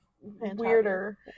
weirder